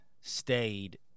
stayed